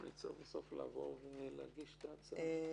אני צריך בסוף לעבור ולהגיש את ההצעה.